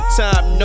time